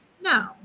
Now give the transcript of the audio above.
No